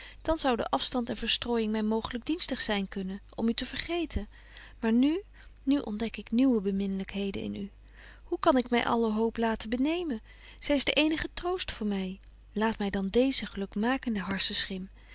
dan zou de afstand en verstrooijing my mooglyk dienstig zyn kunnen om u te vergeten maar nu nu ontdek ik nieuwe beminlykheden in u hoe kan ik my alle hoop laten benemen zy is de eenige troost voor my laat my dan deeze gelukkigmakende harsenschim